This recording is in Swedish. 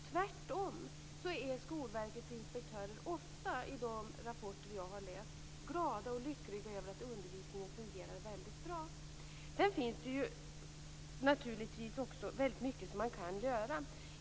Tvärtom är Skolverkets inspektörer ofta i de rapporter jag har läst glada och lyckliga över att undervisningen fungerar väldigt bra. Sedan finns det ju naturligtvis också väldigt mycket som man kan göra.